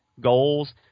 Goals –